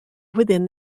within